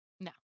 No